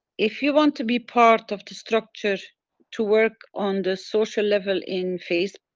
if you want to be part of the structure to work on the social level in facebook,